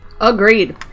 Agreed